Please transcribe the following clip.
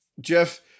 Jeff